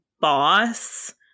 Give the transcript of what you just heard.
boss